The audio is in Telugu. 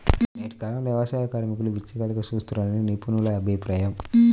నేటి కాలంలో వ్యవసాయ కార్మికులను బిచ్చగాళ్లుగా చూస్తున్నారని నిపుణుల అభిప్రాయం